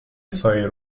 سایه